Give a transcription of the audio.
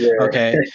Okay